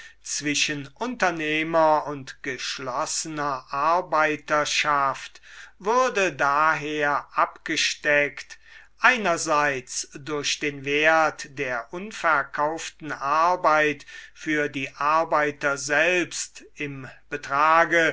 zwischen unternehmer und geschlossener arbeiterschaft würde daher abgesteckt einerseits durch den wert der unverkauften arbeit für die arbeiter selbst im betrage